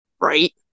Right